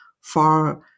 far